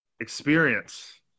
experience